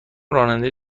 راننده